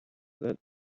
that